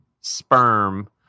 sperm